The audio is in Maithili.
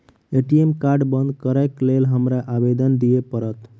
ए.टी.एम कार्ड बंद करैक लेल हमरा आवेदन दिय पड़त?